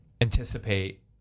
anticipate